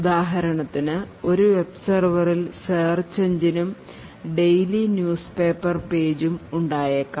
ഉദാഹരത്തിനു ഒരു വെബ് സെർവറിൽ സേർച്ച് എൻജിനും ഡെയിലി ന്യൂസ് പേപ്പർ പേജും ഉണ്ടായേക്കാം